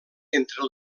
entre